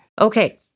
Okay